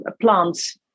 plants